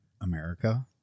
America